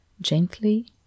Gently